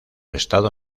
estado